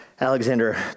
Alexander